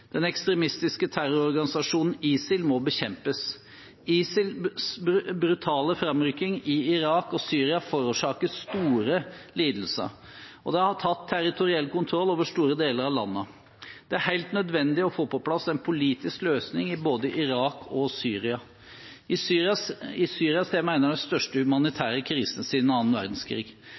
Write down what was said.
Den ekstremistiske terrororganisasjonen ISIL må bekjempes. ISILs brutale framrykning i Irak og Syria forårsaker store lidelser, og de har tatt territoriell kontroll over store deler av landene. Det er helt nødvendig å få på plass en politisk løsning i både Irak og Syria. I Syria ser vi en av de største humanitære krisene siden andre verdenskrig.